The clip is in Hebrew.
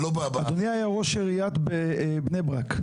אדוני היה ראש עירייה בבני ברק.